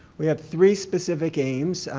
we have three specific aims,